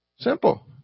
Simple